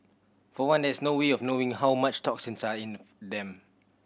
for one there is no way of knowing how much toxins are in them